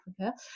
Africa